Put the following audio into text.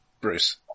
Bruce